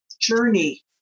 journey